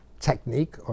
technique